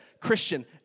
Christian